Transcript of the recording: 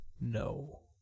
No